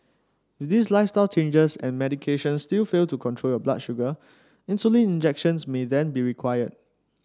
if these lifestyle changes and medication still fail to control your blood sugar insulin injections may then be required